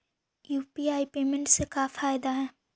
UPI payment से का फायदा है?